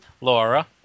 Laura